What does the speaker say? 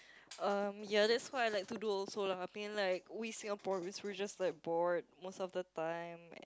um ya that's what I like to do also lah I think like we Singaporeans we're just like bored most of the time